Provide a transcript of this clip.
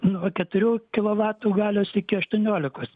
nuo keturių kilovatų galios iki aštuoniolikos